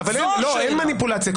אין מניפולציה.